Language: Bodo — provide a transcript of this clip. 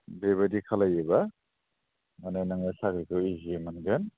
बेबायदि खालामोबा मानि नोङो साख्रिखौ इजियै मोनगोन